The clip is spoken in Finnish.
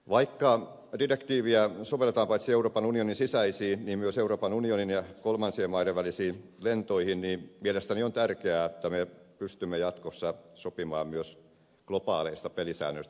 vaikka direktiiviä sovelletaan paitsi euroopan unionin sisäisiin myös euroopan unionin ja kolmansien maiden välisiin lentoihin niin mielestäni on tärkeää että me pystymme jatkossa sopimaan myös globaaleista pelisäännöistä